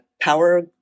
power